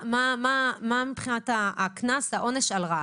מה הקנס על רעש?